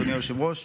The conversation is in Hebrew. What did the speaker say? אדוני היושב-ראש,